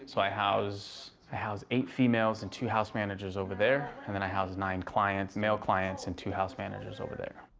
so i house house eight females and two house managers over there. and then i house nine clients, male clients, and two house managers over there.